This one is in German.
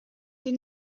die